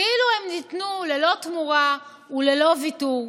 כאילו הם ניתנו ללא תמורה וללא ויתור.